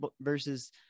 versus